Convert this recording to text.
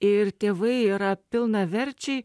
ir tėvai yra pilnaverčiai